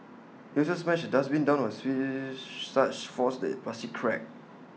he also smashed A dustbin down on her with such force that plastic cracked